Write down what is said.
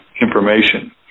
information